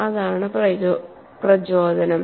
അതാണ് പ്രചോദനം